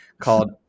called